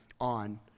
on